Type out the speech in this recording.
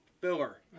filler